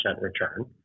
return